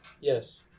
Yes